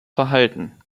verhalten